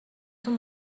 تون